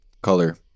color